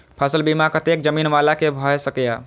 फसल बीमा कतेक जमीन वाला के भ सकेया?